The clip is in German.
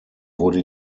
wurde